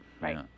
right